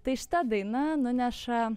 tai šita daina nuneša